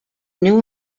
new